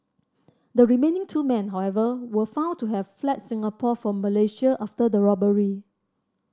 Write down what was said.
the remaining two men however were found to have fled Singapore for Malaysia after the robbery